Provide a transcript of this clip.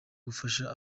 gufasha